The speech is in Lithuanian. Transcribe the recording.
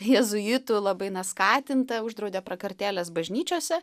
jėzuitų labai na skatintą uždraudė prakartėlės bažnyčiose